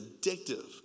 addictive